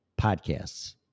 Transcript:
podcasts